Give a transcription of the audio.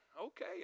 okay